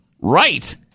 right